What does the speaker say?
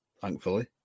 thankfully